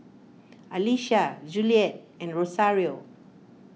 Alisha Juliet and Rosario